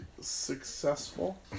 successful